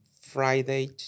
Friday